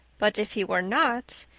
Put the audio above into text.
but if he were not,